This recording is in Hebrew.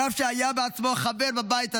הרב, שהיה בעצמו חבר בבית הזה,